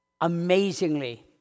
amazingly